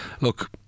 look